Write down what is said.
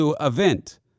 event